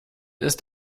ist